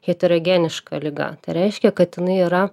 heterogeniška liga tai reiškia kad jinai yra